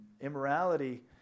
immorality